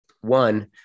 One